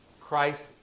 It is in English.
Christ